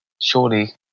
Surely